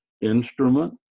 instrument